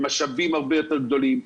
עם משאבים הרבה יותר גדולים,